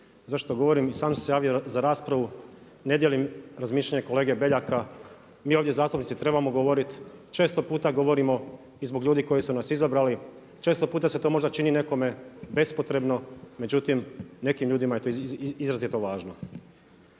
Zašto to govorim? I sam sam se javio za raspravu, ne dijelim mišljenje kolege Beljaka. Mi ovdje zastupnici trebamo govoriti. Često puta govorimo i zbog ljudi koji su nas izabrali, često puta se to možda čini nekome bespotrebno, međutim nekim ljudima je to izrazito važno.